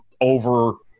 over –